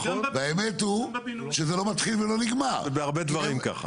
והאמת היא שזה לא מתחיל ולא נגמר -- זה בהרבה דברים ככה.